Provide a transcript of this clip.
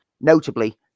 notably